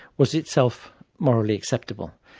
was itself morally acceptable.